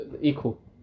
equal